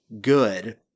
good